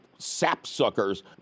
sapsuckers